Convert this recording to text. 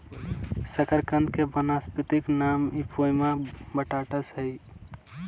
शकरकंद के वानस्पतिक नाम इपोमिया बटाटास हइ